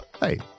hey